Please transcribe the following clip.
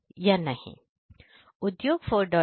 उद्योग 40 अनिवार्य रूप से बहुत अच्छा है